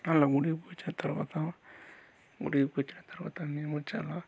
అలా గుడికి పోయి వచ్చిన తర్వాత గుడికి పోయి వచ్చిన తర్వాత మేము వచ్చి అలా